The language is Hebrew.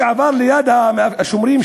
כשהוא עבר ליד השומרים,